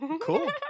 Cool